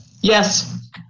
Yes